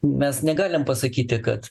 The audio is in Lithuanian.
mes negalim pasakyti kad